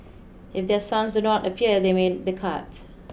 if their sons do not appear they made the cut